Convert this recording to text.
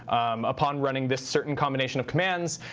upon running this certain combination of commands,